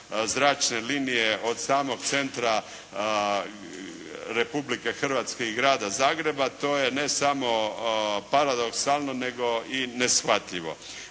zračne linije od samog centra Republike Hrvatske i grada Zagreba to je ne samo paradoksalno nego i neshvatljivo.